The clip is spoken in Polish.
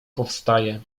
powstaje